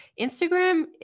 Instagram